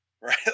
Right